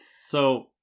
So-